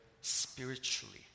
spiritually